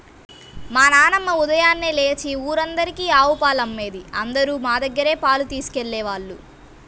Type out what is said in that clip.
మా నాన్నమ్మ ఉదయాన్నే లేచి ఊరందరికీ ఆవు పాలమ్మేది, అందరూ మా దగ్గరే పాలు తీసుకెళ్ళేవాళ్ళు